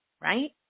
right